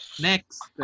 next